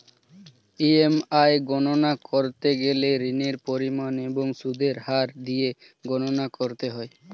EMI গণনা করতে গেলে ঋণের পরিমাণ এবং সুদের হার দিয়ে গণনা করতে হয়